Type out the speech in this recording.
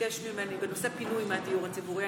ביקש ממני בנושא פינוי מהדיור הציבורי.